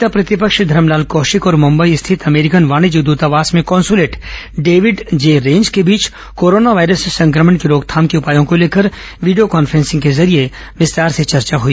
नेता प्रतिपक्ष धरमलाल कौशिक और मुंबई स्थित अमेरिकन वाणिज्य दूतावास में कोंसुलेट डेविड जे रेंज को बीच कोरोना वायरस संक्रमण की रोकथाम के उपायों को लेकर वीडियो कॉन्फ्रेंसिंग के जरिये विस्तार से चर्चा हुई